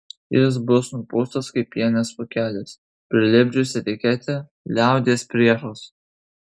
jis bus nupūstas kaip pienės pūkelis prilipdžius etiketę liaudies priešas